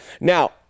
Now